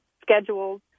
schedules